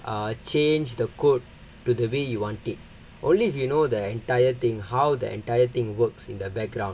err change the code to the way you want it only if you know the entire thing how the entire thing works in the background